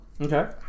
Okay